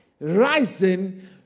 rising